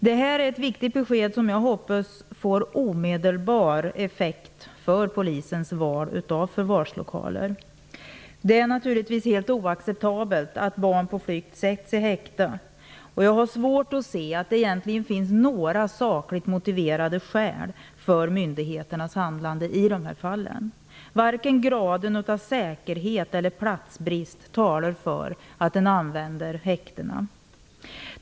Detta är ett viktigt besked som jag hoppas får omedelbar effekt för polisens val av förvarslokaler. Det är naturligtvis helt oacceptabelt att barn på flykt sätts i häkte. Jag har svårt att se att det egentligen finns några sakligt motiverade skäl för myndigheternas handlande i de här fallen. Varken graden av säkerhet eller platsbrist talar för att man använder häktena.